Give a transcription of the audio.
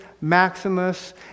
Maximus